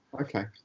Okay